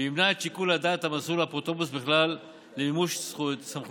וימנע את שיקול הדעת המסור לאפוטרופוס בכלל למימוש סמכויותיו,